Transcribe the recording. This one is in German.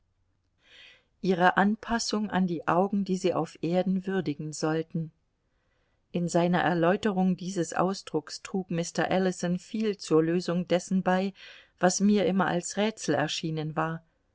ihre anpassung an die augen die sie auf erden würdigen sollten in seiner erläuterung dieses ausdrucks trug mr ellison viel zur lösung dessen bei was mir immer als rätsel erschienen war